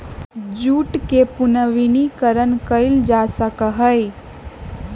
jute के पुनर्नवीनीकरण कइल जा सका हई